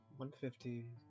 150